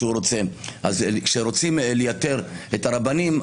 כשרוצים לייתר את הרבנים,